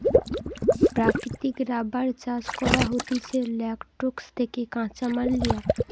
প্রাকৃতিক রাবার চাষ করা হতিছে ল্যাটেক্স থেকে কাঁচামাল লিয়া